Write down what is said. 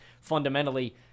fundamentally